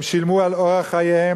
הם שילמו על אורח חייהם,